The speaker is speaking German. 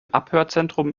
abhörzentrum